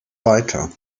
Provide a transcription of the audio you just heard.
weiter